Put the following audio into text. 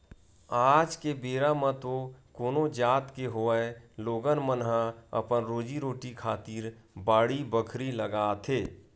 आज के बेरा म तो कोनो जात के होवय लोगन मन ह अपन रोजी रोटी खातिर बाड़ी बखरी लगाथे